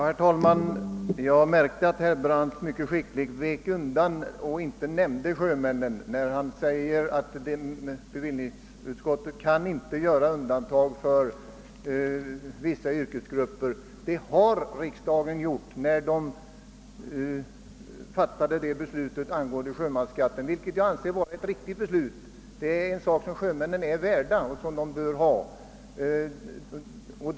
Herr talman! Jag märkte att herr Brandt mycket skickligt vek undan och inte nämnde sjömännen när han sade att bevillningsutskottet inte kan göra undantag för vissa yrkesgrupper. Det gjorde emellertid riksdagen när den fattade beslutet om sjömansskatt, vilket jag anser vara ett riktigt beslut. Sjömännen är värda denna förmån och bör ha den.